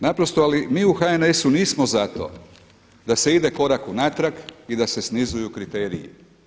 Naprosto ali mi u HNS-u nismo za to da se ide korak unatrag i da se snizuju kriteriji.